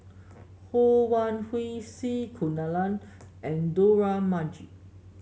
Ho Wan Hui C Kunalan and Dollah Majid